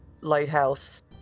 lighthouse